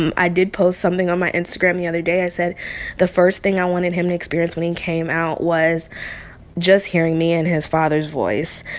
um i did post something on my instagram the other day. i said the first thing i wanted him to experience when he came out was just hearing me and his father's voice.